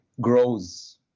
grows